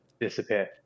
disappear